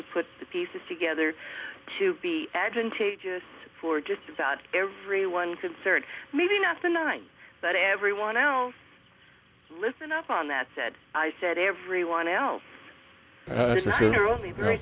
to put the pieces together to be advantageous for just about everyone concerned maybe not the nine but everyone else listen up on that said i said everyone else or only very